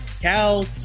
Cal